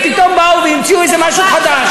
ופתאום באו והמציאו איזה משהו חדש.